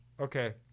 Okay